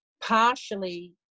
partially